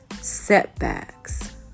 setbacks